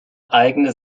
eigene